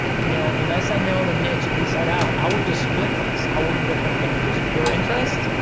you know, unless i know the niche inside out, i would just split test. i will do a campaign of just pure interest.